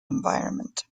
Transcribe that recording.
environment